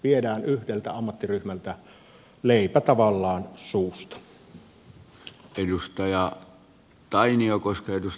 viedään yhdeltä ammattiryhmältä leipä tavallaan suusta